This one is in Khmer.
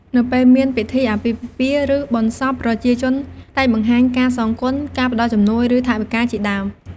នៅពេលមានពិធីអាពាហ៍ពិពាហ៍ ឬបុណ្យសព ប្រជាជនតែងបង្ហាញការសងគុណ ដោយផ្តល់ជំនួយ ឬថវិកាជាដើម។